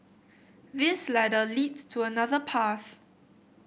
this ladder leads to another path